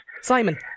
Simon